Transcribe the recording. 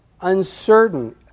uncertain